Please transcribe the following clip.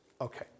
Okay